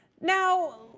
Now